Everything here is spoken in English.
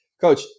Coach